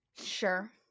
Sure